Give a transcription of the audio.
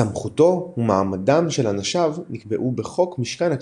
סמכותו ומעמדם של אנשיו נקבעו בחוק משכן הכנסת,